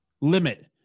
Limit